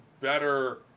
better